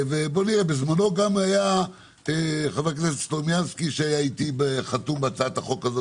בזמנו היה חבר הכנסת סלומינסקי שהיה חתום איתי על הצעת החוק.